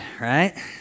right